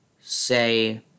say